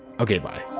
okay bye.